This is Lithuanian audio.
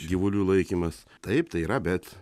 gyvulių laikymas taip tai yra bet